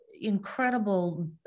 incredible